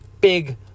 Big